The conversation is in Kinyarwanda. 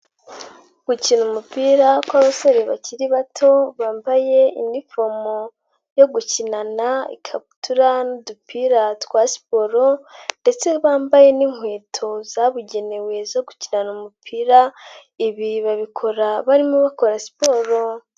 Gukina umupira kw'abasore bakiri bato bambaye inifomo yo gukinana, ikabutura, n'udupira twa siporo, ndetse bambaye n'inkweto zabugenewe zo gukinana umupira, ibi babikora barimo bakora siporo.